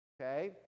okay